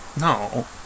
No